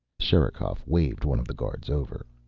sherikov waved one of the guards over.